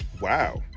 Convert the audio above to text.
Wow